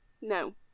No